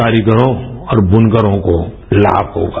कारीगरों और बुनकरों को लाम होगा